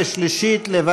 (תיקון מס' 20) (שכר לימוד לסטודנטים בין-לאומיים),